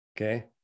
Okay